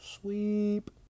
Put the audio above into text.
sweep